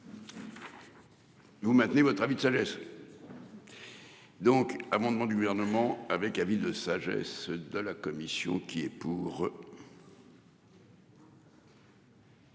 Vous maintenez votre avis de sagesse. Donc, amendement du gouvernement avec avis de sagesse de la commission qui est pour.